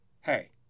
hey